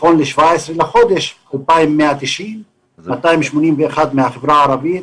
נכון ל-17 לחודש הוא 2,190, 281 מהחברה הערבית.